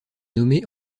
nommée